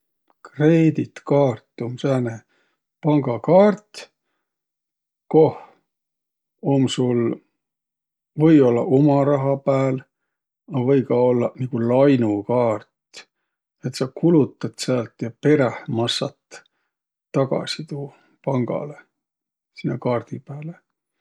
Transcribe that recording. Kreeditkaart um sääne pangakaart, koh um sul või-ollaq uma raha pääl, a või ka ollaq nigu lainukaart, et sa kulutat säält ja peräh massat tagasi tuu pangalõ sinnäq kaardi pääle.